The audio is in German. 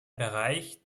bereich